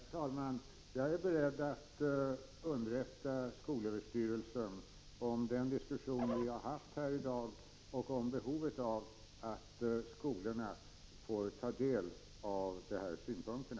Herr talman! Jag är beredd att underrätta skolöverstyrelsen om den diskussion vi har haft här i dag och om behovet av att skolorna får ta del av de här synpunkterna.